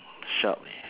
sharp eh